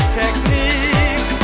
technique